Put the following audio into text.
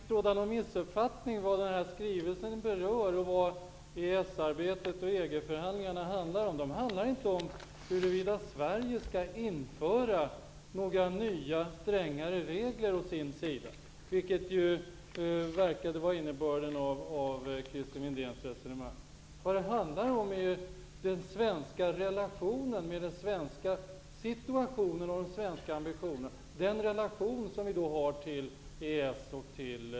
Herr talman! Det tycks råda någon missuppfattning om vad den här skrivelsen berör och om vad EES arbetet och EG-förhandlingarna handlar om. De handlar inte om huruvida Sverige skall införa några nya strängare regler, vilket verkade vara innebörden av Christer Windéns resonemang. Det handlar om den svenska relationen, situationen och ambitionen. Det handlar om den relation vi har till EES och EG.